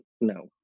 No